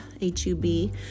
h-u-b